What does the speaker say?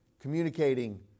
communicating